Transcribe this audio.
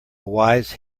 wise